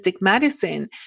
medicine